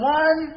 one